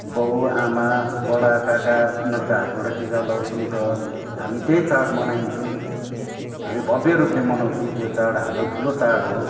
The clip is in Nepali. बाउ आमा बडा काका उनारको हातबाट टिका लाउँछौँ र हामी त्यही चाड मनाउँछौँ हामी भव्य रूपले मनाउँछौँ त्यो चाड हाम्रो ठुलो चाड हो